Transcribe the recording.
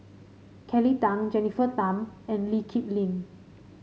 Kelly Tang Jennifer Tham and Lee Kip Lin